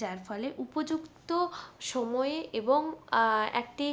যার ফলে উপযুক্ত সময়ে এবং একটি